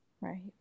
Right